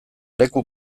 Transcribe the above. leku